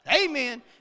Amen